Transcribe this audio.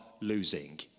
losing